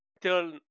till